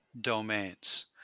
domains